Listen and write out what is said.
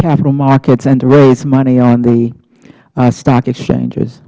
capital markets and to raise money on the stock exchange